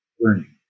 learning